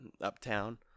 uptown